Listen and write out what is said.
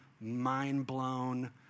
mind-blown